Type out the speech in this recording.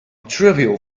trivial